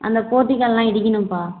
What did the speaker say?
அந்த போர்ட்டிக்கல்லாம் இடிக்கணும்ப்பா